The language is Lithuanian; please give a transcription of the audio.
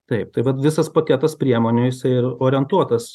taip tai vat visas paketas priemonių jisai ir orientuotas